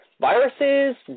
Viruses